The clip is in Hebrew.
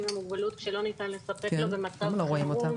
עם מוגבלות שלא ניתן לספק לו במצב חירום